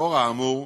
לאור האמור,